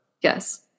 Yes